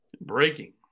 Breaking